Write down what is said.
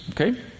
okay